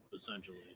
essentially